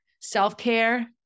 self-care